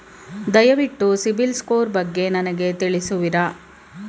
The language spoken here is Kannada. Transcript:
ದಯವಿಟ್ಟು ಸಿಬಿಲ್ ಸ್ಕೋರ್ ಬಗ್ಗೆ ನನಗೆ ತಿಳಿಸುವಿರಾ?